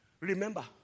Remember